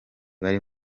bari